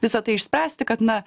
visa tai išspręsti kad na